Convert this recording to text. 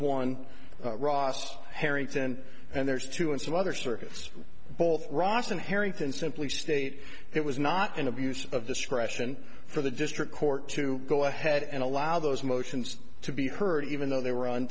one ross harrington and there's two and some other circuits both ross and harrington simply state it was not an abuse of discretion for the district court to go ahead and allow those motions to be heard even though they were on